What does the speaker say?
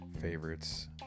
favorites